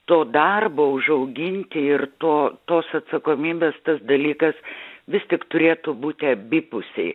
to darbo užauginti ir to tos atsakomybės tas dalykas vis tik turėtų būti abipusiai